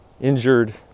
Injured